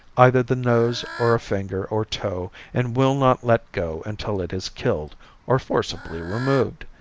either the nose or a finger or toe and will not let go until it is killed or forcibly removed.